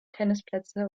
tennisplätze